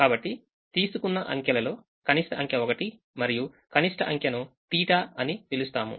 కాబట్టితీసుకున్న అంకెలలో కనిష్ట అంకె 1 మరియు కనిష్ట అంకెను తీట θ అని పిలుస్తాము